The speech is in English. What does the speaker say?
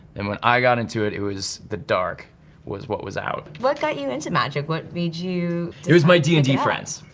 and when i got into it, it was the dark was what was out. what got you into magic, what made you. it was my d and d friends.